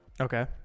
Okay